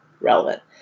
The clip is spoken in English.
relevant